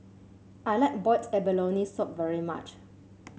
I like Boiled Abalone Soup very much